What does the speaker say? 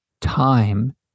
time